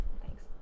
Thanks